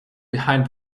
behind